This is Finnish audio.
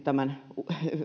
tämän